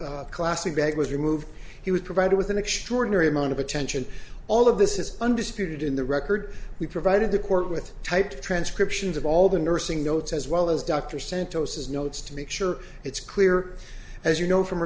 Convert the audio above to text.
was classic bag was removed he was provided with an extraordinary amount of attention all of this is undisputed in the record we provided the court with typed transcriptions of all the nursing notes as well as dr santos's notes to make sure it's clear as you know from